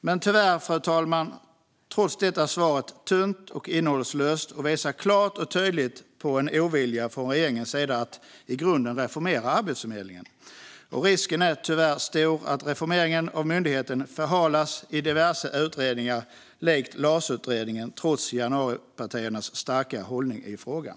Men tyvärr, fru talman, är svaret trots det tunt och innehållslöst och visar klart och tydligt på en ovilja från regeringens sida att i grunden reformera Arbetsförmedlingen. Risken är tyvärr stor att reformeringen av myndigheten förhalas i diverse utredningar likt LAS-utredningen, trots januaripartiernas starka hållning i frågan.